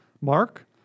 Mark